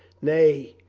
nay,